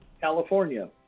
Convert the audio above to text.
California